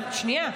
שנייה.